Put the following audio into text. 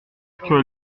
que